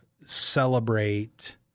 celebrate